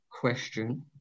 question